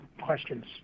questions